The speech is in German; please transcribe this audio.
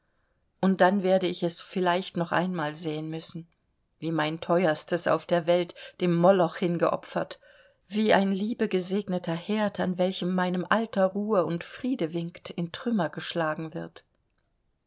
und dann werde ich es vielleicht noch einmal sehen müssen wie mein teuerstes auf der welt dem moloch hingeopfert wie ein liebegesegneter herd an welchem meinem alter ruhe und friede winkt in trümmer geschlagen wird